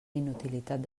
inutilitat